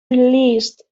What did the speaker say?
released